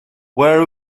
where